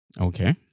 Okay